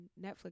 Netflix